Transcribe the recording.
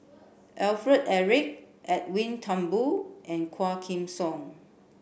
Alfred Eric Edwin Thumboo and Quah Kim Song